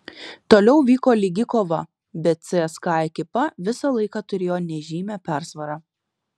toliau vyko lygi kova bet cska ekipa visą laiką turėjo nežymią persvarą